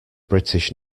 british